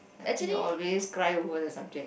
I think you always cry over the subject